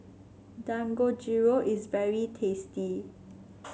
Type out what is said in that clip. Dangojiru is very tasty